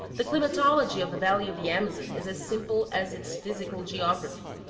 the climatology of the valley of the amazon is as simple as its physical geography.